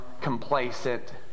complacent